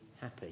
happy